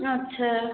नै छै